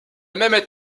même